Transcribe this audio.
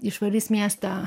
išvalys miestą